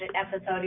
episode